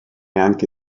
anche